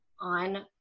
on